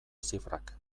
zifrak